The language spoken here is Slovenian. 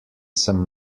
sem